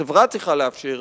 החברה צריכה לאפשר,